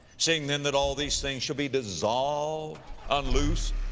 seeing then that all these things shall be dissolved, unloosed,